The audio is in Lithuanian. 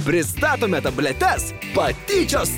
pristatome tabletes patyčios